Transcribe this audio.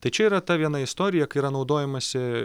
tai čia yra ta viena istorija kai yra naudojamasi